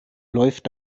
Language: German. läuft